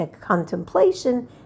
contemplation